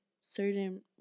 certain